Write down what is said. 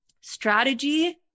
strategy